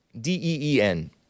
D-E-E-N